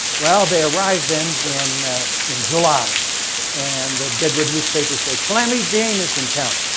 well they arrived then in in july and the deadwood newspapers say calamity jane is in town.